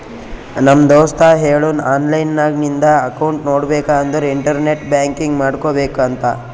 ನಮ್ ದೋಸ್ತ ಹೇಳುನ್ ಆನ್ಲೈನ್ ನಾಗ್ ನಿಂದ್ ಅಕೌಂಟ್ ನೋಡ್ಬೇಕ ಅಂದುರ್ ಇಂಟರ್ನೆಟ್ ಬ್ಯಾಂಕಿಂಗ್ ಮಾಡ್ಕೋಬೇಕ ಅಂತ್